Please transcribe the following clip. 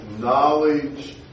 knowledge